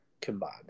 combined